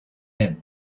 end